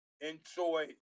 enjoy